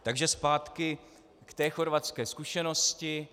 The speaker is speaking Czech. Takže zpátky k té chorvatské zkušenosti.